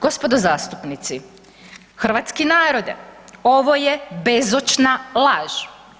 Gospodo zastupnici, hrvatski narode ovo je bezočna laž.